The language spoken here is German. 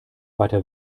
weiter